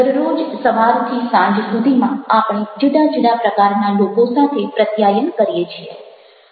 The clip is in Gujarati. દરરોજ સવારથી સાંજ સુધીમાં આપણે જુદા જુદા પ્રકારના લોકો સાથે પ્રત્યાયન કરીએ છીએ